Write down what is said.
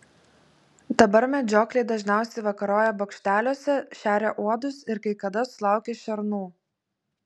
dabar medžiokliai dažniausiai vakaroja bokšteliuose šeria uodus ir kai kada sulaukia šernų